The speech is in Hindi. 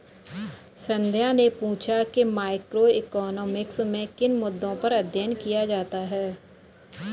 संध्या ने पूछा कि मैक्रोइकॉनॉमिक्स में किन मुद्दों पर अध्ययन किया जाता है